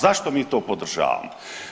Zašto mi to podržavamo?